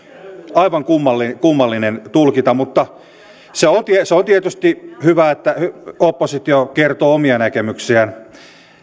aivan kummallinen kummallinen tulkinta mutta se on tietysti hyvä että oppositio kertoo omia näkemyksiään